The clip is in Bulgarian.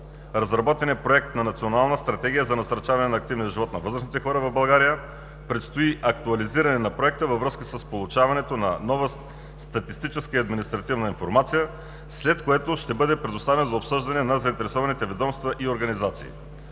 Разработен е проект на Национална стратегия за насърчаване на активния живот на възрастните хора в България. Предстои актуализиране на проекта във връзка с получаването на нова статистическа и административна информация, след което ще бъде предоставен за обсъждане на заинтересованите ведомства и организации.